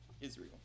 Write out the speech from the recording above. Israel